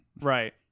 Right